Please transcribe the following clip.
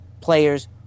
players